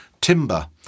timber